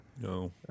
No